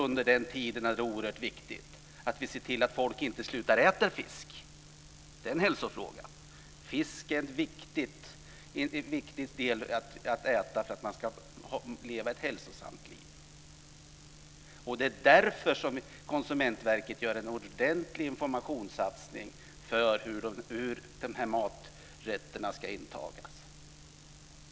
Under den tiden är det oerhört viktigt att se till att folk inte slutar att äta fisk. Det är en hälsofråga. Att äta fisk är viktigt för att man ska leva ett hälsosamt liv. Det är därför Konsumentverket gör en ordentlig informationssatsning som gäller intaget av fisk.